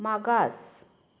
मागास